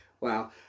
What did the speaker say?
wow